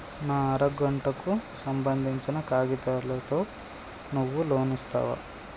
నా అర గంటకు సంబందించిన కాగితాలతో నువ్వు లోన్ ఇస్తవా?